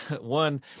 one